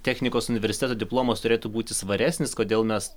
technikos universiteto diplomas turėtų būti svaresnis kodėl mes